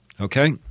Okay